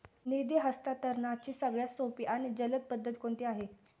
निधी हस्तांतरणाची सगळ्यात सोपी आणि जलद पद्धत कोणती आहे?